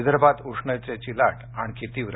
विदर्भात उष्णतेची लाट आणखी तीव्र